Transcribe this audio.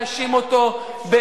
אי-אפשר להאשים אותו.